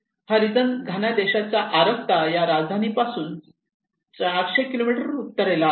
हा region Ghana देशाच्या आरक्ता या राजधानी पासून चारशे किलोमीटर उत्तरेला आहे